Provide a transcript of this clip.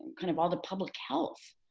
kind of all the public health